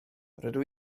rydw